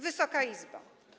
Wysoka Izbo!